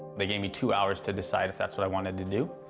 they gave me two hours to decide if that's what i wanted to do.